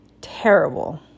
terrible